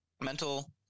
mental